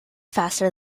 faster